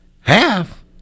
half